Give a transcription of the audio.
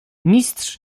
mistrz